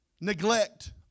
neglect